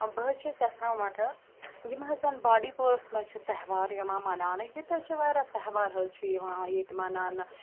بہٕ حظ چھَس یَژھان یِم حظ زَن بانٛڈی پوراہَس منٛز چھِ تہوار یِوان مَناونہٕ ییٚتہِ حظ چھِ واریاہ تہوار حظ چھِ یِوان ییٚتہِ مَناونہٕ